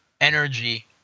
energy